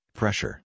pressure